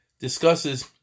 discusses